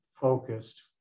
focused